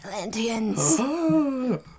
Atlanteans